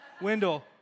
Wendell